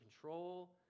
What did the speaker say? control